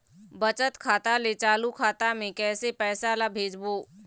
बचत खाता ले चालू खाता मे कैसे पैसा ला भेजबो?